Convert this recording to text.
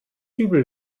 übel